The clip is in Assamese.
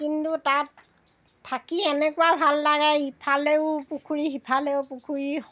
কিন্তু তাত থাকি এনেনেকুৱা ভাল লাগে ইফালেও পুখুৰী সিফালেও পুখুৰী